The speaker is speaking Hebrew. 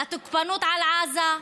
לתוקפנות על עזה?